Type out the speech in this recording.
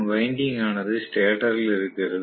winding ஆனது ஸ்டேட்டரில் இருக்கிறது